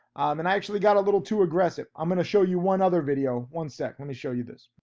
and i actually got a little too aggressive. i'm gonna show you one other video, one sec, let me show you this.